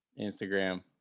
Instagram